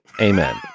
Amen